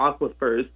aquifers